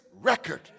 record